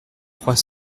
trois